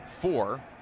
four